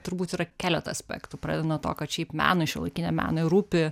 turbūt yra keletas aspektų pradedant nuo to kad šiaip menui šiuolaikiniam menui rūpi